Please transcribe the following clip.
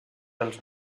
els